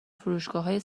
فروشگاههای